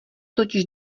totiž